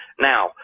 Now